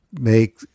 make